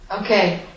Okay